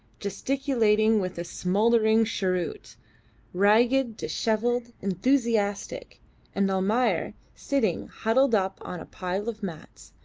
gesticulating with a smouldering cheroot ragged, dishevelled, enthusiastic and almayer, sitting huddled up on a pile of mats,